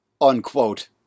unquote